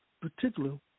particularly